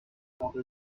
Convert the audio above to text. rue